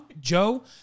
Joe